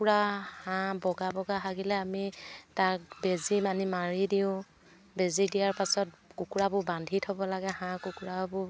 কুকুৰা হাঁহ বগা বগা হাগিলে আমি তাক বেজী মানে মাৰি দিওঁ বেজী দিয়াৰ পাছত কুকুৰাবোৰ বান্ধি থ'ব লাগে হাঁহ কুকুৰাবোৰ